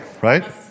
right